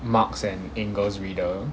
marx and engels reader